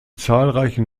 zahlreichen